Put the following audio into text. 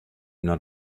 not